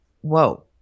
whoa